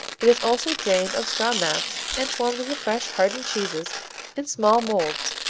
it is also drained on straw mats and formed into fresh hardened cheeses in small molds.